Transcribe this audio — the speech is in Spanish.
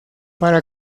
para